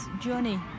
journey